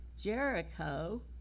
jericho